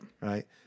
Right